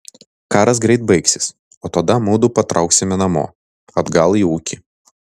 karas greit baigsis o tada mudu patrauksime namo atgal į ūkį